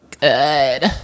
good